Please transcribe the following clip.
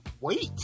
wait